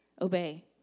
Obey